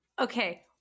Okay